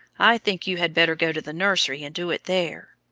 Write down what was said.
i think you had better go to the nursery and do it there.